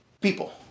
People